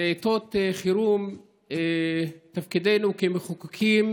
בעיתות חירום תפקידנו כמחוקקים הוא